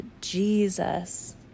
Jesus